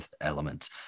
elements